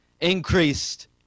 increased